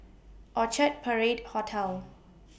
Orchard Parade Hotel